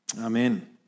Amen